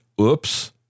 oops